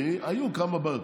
היו כמה בעיות.